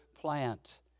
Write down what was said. plant